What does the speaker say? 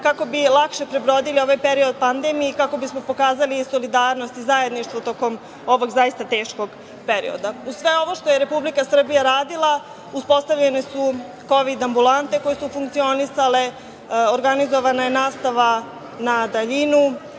kako bi lakše prebrodili ovaj period pandemije i kako bismo pokazali solidarnosti i zajedništvo tokom ovog zaista teškog perioda. Uz sve ovo što je Republika Srbija radila uspostavljene su Kovid ambulante koje su funkcionisale, organizovana je nastava na daljinu,